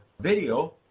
video